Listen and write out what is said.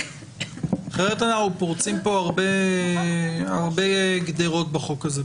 אחרת אנחנו פורצים פה הרבה גדרות בחוק הזה.